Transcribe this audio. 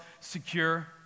secure